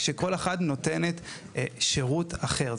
כשכל אחת נותנת שירות אחר.